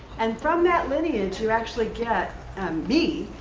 and from that lineage you actually get me,